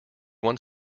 one